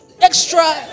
extra